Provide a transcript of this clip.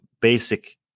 basic